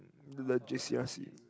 into the J_C_R_C